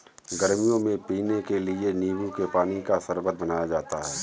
गर्मियों में पीने के लिए नींबू के पानी का शरबत बनाया जाता है